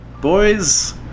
boys